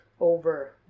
over